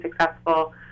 successful